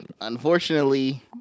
unfortunately